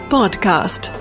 Podcast